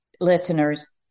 listeners